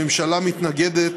הממשלה מתנגדת